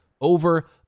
over